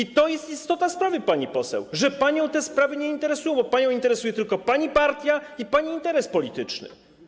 I to jest istota sprawy, pani poseł, że pani te sprawy nie interesują, bo panią interesuje tylko pani partia i pani interes polityczny.